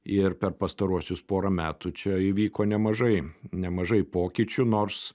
ir per pastaruosius porą metų čia įvyko nemažai nemažai pokyčių nors